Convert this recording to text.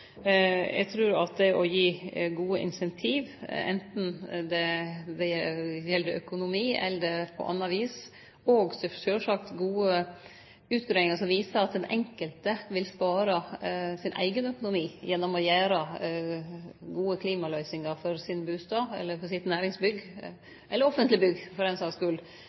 Eg trur at det å gi gode incentiv – anten det gjeld økonomi eller på anna vis – og sjølvsagt få gode utgreiingar som viser at den enkelte vil spare i sin eigen økonomi gjennom å få til gode klimaløysingar for sin bustad eller for sitt næringsbygg, eller for offentlege bygg, for den